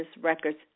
records